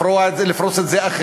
לפרוע את זה,